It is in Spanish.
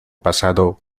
pasado